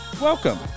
Welcome